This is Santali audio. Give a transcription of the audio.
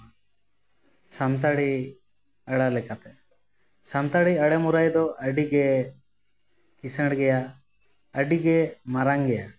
ᱥᱟᱱᱛᱟᱲᱤ ᱟᱹᱲᱟᱹ ᱞᱮᱠᱟᱛᱮ ᱥᱟᱱᱛᱟᱲᱤ ᱟᱹᱲᱟᱹ ᱢᱩᱨᱟᱹᱭ ᱫᱚ ᱟᱹᱰᱤᱜᱮ ᱠᱤᱥᱟᱹᱬ ᱜᱮᱭᱟ ᱟᱹᱰᱤᱜᱮ ᱢᱟᱨᱟᱝ ᱜᱮᱭᱟ